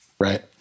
right